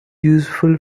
useful